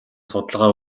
судалгаа